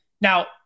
Now